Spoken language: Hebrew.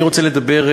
אני רוצה לדבר,